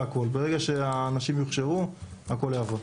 ברגע שהאנשים יוכשרו, הכול יעבוד.